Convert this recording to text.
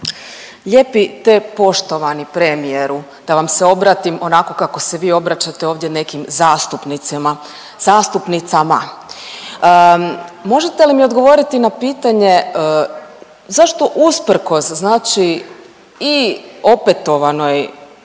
Lijepi te poštovani premijeru da vam se obratim onako kako se vi obraćate ovdje nekim zastupnicama. Možete li mi odgovoriti na pitanje zašto usprkos znači i opetovanoj